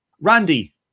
Randy